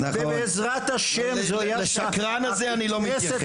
ובעזרת השם זו תהיה הכנסת